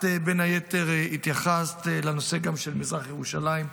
בין היתר, התייחסת לנושא של מזרח ירושלים,